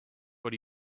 but